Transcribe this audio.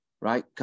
right